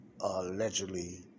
allegedly